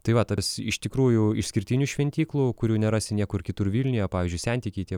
tai va tarsi iš tikrųjų išskirtinių šventyklų kurių nerasi niekur kitur vilniuje pavyzdžiui sentikiai tie